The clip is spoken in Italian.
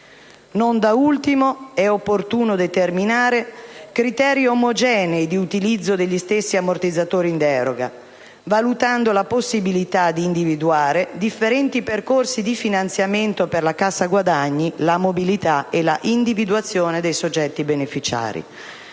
Non da ultimo, è opportuno determinare criteri omogenei di utilizzo degli stessi ammortizzatori in deroga, valutando la possibilità di individuare differenti percorsi di finanziamento per la cassa integrazione guadagni, la mobilità e la individuazione dei soggetti beneficiari.